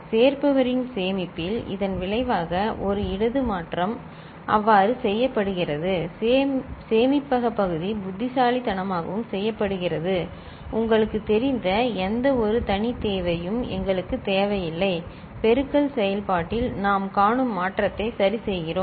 சேர்ப்பவரின் சேமிப்பில் இதன் விளைவாக ஒரு இடது மாற்றம் அவ்வாறு செய்யப்படுகிறது சேமிப்பக பகுதி புத்திசாலித்தனமாகவும் செய்யப்படுகிறது உங்களுக்குத் தெரிந்த எந்தவொரு தனித் தேவையும் எங்களுக்குத் தேவையில்லை பெருக்கல் செயல்பாட்டில் நாம் காணும் மாற்றத்தை சரி செய்கிறோம்